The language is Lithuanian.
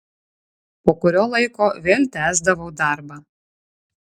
po kurio laiko vėl tęsdavau darbą